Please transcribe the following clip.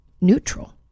neutral